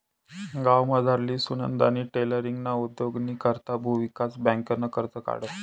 गावमझारली सुनंदानी टेलरींगना उद्योगनी करता भुविकास बँकनं कर्ज काढं